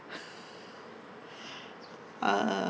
uh